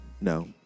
no